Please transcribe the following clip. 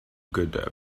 good